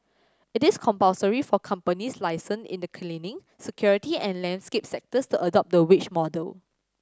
it is compulsory for companies licensed in the cleaning security and landscape sectors adopt the wage model